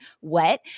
wet